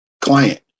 client